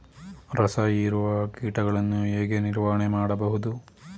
ರಸ ಹೀರುವ ಕೀಟಗಳನ್ನು ಹೇಗೆ ನಿರ್ವಹಣೆ ಮಾಡಬಹುದು?